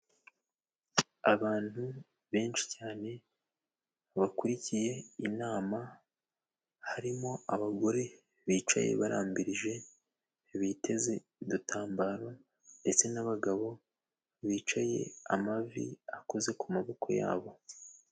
Abantu benshi cyane bakurikiye inama harimo; abagore bicaye barambirije biteze udutambaro ndetse n'abagabo bicaye amavi akoze ku maboko yabo.